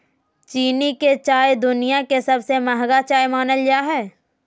चीन के चाय दुनिया के सबसे महंगा चाय मानल जा हय